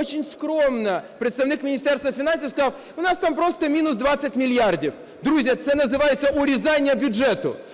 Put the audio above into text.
очень скромно представник Міністерства фінансів сказав, у нас там просто мінус 20 мільярдів. Друзі, а це називається урізання бюджету.